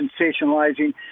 sensationalizing